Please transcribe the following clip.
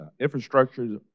infrastructure